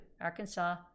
Arkansas